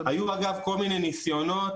היו כל מיני ניסיונות